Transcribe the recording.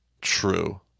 true